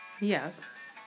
Yes